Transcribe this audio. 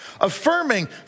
affirming